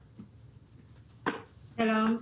שלום.